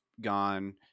gone